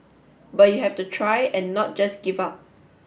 but you have to try and not just give up